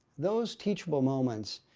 those teachable moments,